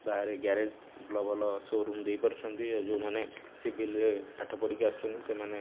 ବାହାରେ ଗ୍ୟାରେଜ୍ ଭଲ ଭଲ ସୋରୁମ୍ ଦେଇପାରୁଛନ୍ତି ଆଉ ଯେଉଁମାନେ ସିଭିଲ୍ରେ ପାଠ ପଢ଼ିକି ଆସୁଛନ୍ତି ସେମାନେ